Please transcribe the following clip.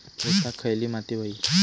ऊसाक खयली माती व्हयी?